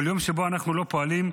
כל יום שבו אנחנו לא פועלים,